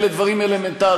אלה דברים אלמנטריים.